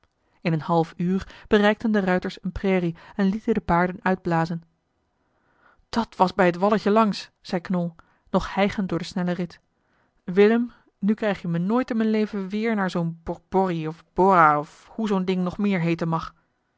in een half uur bereikten de ruiters eene prairie en lieten de paarden uitblazen dat was bij het walletje langs zei knol nog hijgend door den snellen rit willem nu krijg je me nooit in mijn leven weer naar zoo'n borbori of bora of hoe zoo'n ding nog meer heeten mag